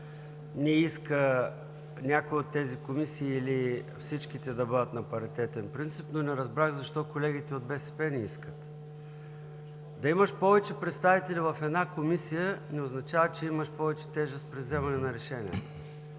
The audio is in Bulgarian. не иска някои от тези комисии или всичките да бъдат на паритетен принцип, но не разбрах защо колегите от БСП не искат? Да имаш повече представители в една комисия не означава, че имаш повече тежест във вземането на решения.